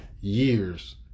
years